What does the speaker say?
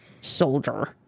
soldier